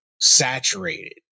saturated